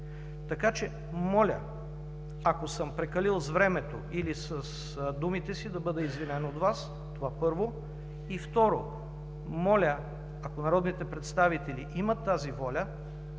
Така че, моля, ако съм прекалил с времето или с думите си, да бъда извинен от Вас, това първо, и, второ, моля, ако народните представители имат тази воля